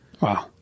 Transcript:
Wow